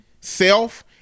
self